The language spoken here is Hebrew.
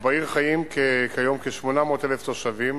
ובעיר חיים כיום כ-800,000 תושבים,